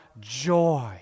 joy